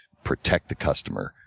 protect the customer,